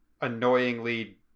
annoyingly